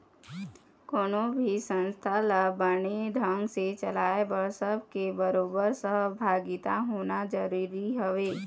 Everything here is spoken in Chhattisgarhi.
कोनो भी संस्था ल बने ढंग ने चलाय बर सब के बरोबर सहभागिता होना जरुरी हवय